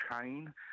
chain